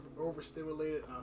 overstimulated